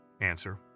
Answer